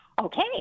Okay